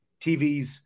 TVs